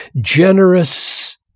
generous